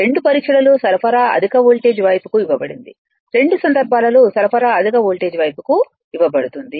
రెండు పరీక్షలలో సరఫరా అధిక వోల్టేజ్ వైపుకు ఇవ్వబడింది రెండు సందర్భాలలో సరఫరా అధిక వోల్టేజ్ వైపుకు ఇవ్వబడుతుంది